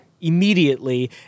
immediately